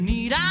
Need